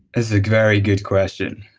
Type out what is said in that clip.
is a very good question.